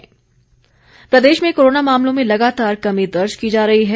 Himachal corona Pradesh में corona मामलों में लगातार कमी दर्ज की जा रही है